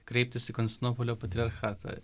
kreiptis į konstantinopolio patriarchatą